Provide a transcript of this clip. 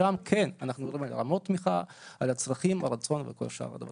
אנחנו לא נמצאים במקום שאפשר כרגע להתעלם לגמרי וללכת על ההגדרה